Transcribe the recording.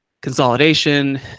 Consolidation